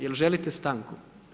Jel želite stanku?